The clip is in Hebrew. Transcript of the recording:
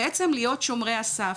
בעצם להיות 'שומרי הסף',